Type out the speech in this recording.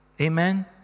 Amen